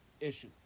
issue